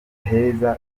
heza